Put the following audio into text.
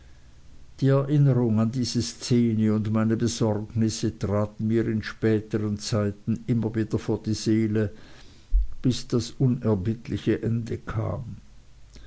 die erinnerung an diese szene und meine besorgnisse traten mir in spätern zeiten immer wieder vor die seele bis das unerbittliche ende kam